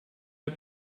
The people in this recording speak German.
der